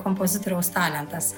kompozitoriaus talentas